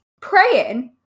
praying